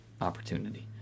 opportunity